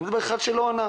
אני מדבר על אחד שלא ענה.